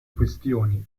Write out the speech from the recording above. questioni